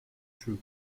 true